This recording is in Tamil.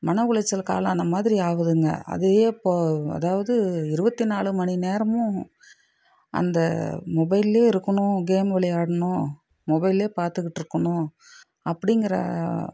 மன உளைச்சலுக்கு ஆளான மாதிரி ஆகுதுங்க அதையே போ அதாவது இருபத்தி நாலு மணி நேரமும் அந்த மொபைல்லே இருக்கணும் கேம் விளையாடணும் மொபைல்லே பார்த்துக்கிட்டு இருக்கணும் அப்படிங்கிற